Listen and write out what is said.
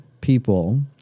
people